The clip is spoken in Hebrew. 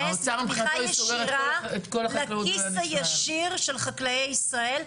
מתמיכה ישירה לכיס הישיר של חקלאי ישראל,